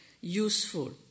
useful